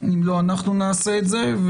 אם לא, אנחנו נעשה את זה.